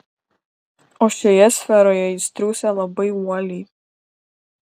o šioje sferoje jis triūsia labai uoliai